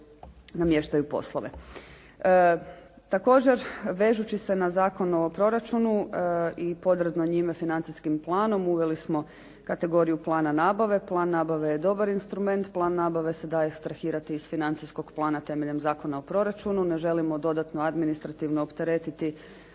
"namještaju" poslove. Također vežući se na Zakon o proračunu i podredno njime financijskim planom uveli smo kategoriju plana nabave. Plan nabave je dobar instrument. Plan nabave se daje skrahirati iz financijskog plana temeljem Zakona o proračunu. Ne želimo dodatno administrativno opteretiti